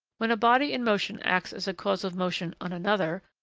when a body in motion acts as a cause of motion on another,